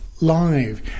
live